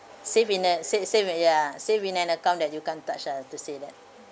save in an sav~ sav~ in ya save in an account that you can't touch lah to say that